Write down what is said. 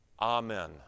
Amen